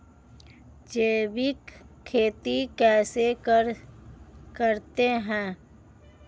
जैविक खेती कैसे करते हैं?